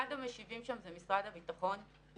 אחד המשיבים שם זה משרד הביטחון,